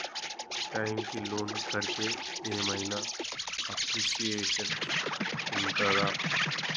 Time కి loan కడ్తే ఏం ఐనా అప్రిషియేషన్ ఉంటదా?